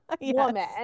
woman